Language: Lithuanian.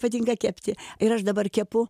patinka kepti ir aš dabar kepu